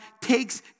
takes